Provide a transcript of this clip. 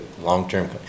long-term